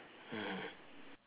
mm